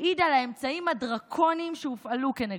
העיד על האמצעים הדרקוניים שהופעלו כנגדו.